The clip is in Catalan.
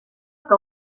que